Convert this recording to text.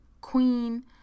Queen